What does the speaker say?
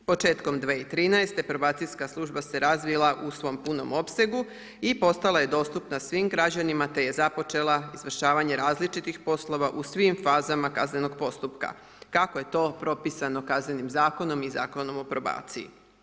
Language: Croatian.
Početkom 2013. probacijska služba se razvija u svom punom opsegu i postala je dostupna svim građanima te je započela izvršavanje različitih poslova u svim fazama kaznenog postupka kako je to propisano Kaznenim zakon i Zakonom o probaciji.